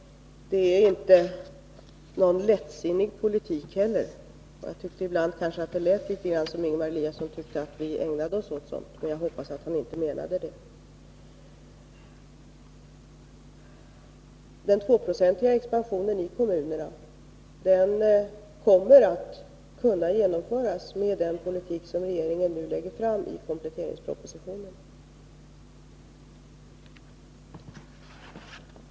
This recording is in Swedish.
Det är inte heller någon lättsinnig politik. Jag tyckte ibland att det lät som om Ingemar Eliasson ansåg att vi ägnade oss åt sådant; jag hoppas att han inte menade det. Den 2-procentiga expansionen i kommunerna kommer att kunna genomföras med den politik som regeringen nu lägger fram i kompletteringspropositionen.